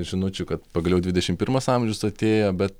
žinučių kad pagaliau dvidešim pirmas amžius atėjo bet